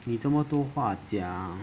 你这么多话讲